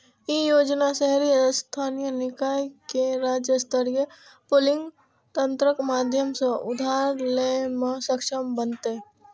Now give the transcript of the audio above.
ई योजना शहरी स्थानीय निकाय कें राज्य स्तरीय पूलिंग तंत्रक माध्यम सं उधार लै मे सक्षम बनेतै